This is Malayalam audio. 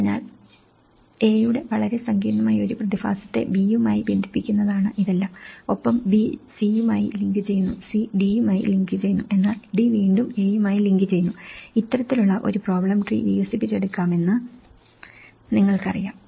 അതിനാൽ A യുടെ വളരെ സങ്കീർണ്ണമായ ഒരു പ്രതിഭാസത്തെ B യുമായി ബന്ധിപ്പിക്കുന്നതാണ് ഇതെല്ലാം ഒപ്പം B C യുമായി ലിങ്ക് ചെയ്യുന്നു C D യുമായി ലിങ്ക് ചെയ്യുന്നു എന്നാൽ D വീണ്ടും A യുമായി ലിങ്ക് ചെയ്യുന്നു ഇത്തരത്തിലുള്ള ഒരു പ്രോബ്ലം ട്രീ വികസിപ്പിച്ചെടുക്കാമെന്ന് നിങ്ങൾക്കറിയാം